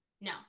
No